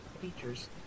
features